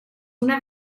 una